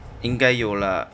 应该有 lah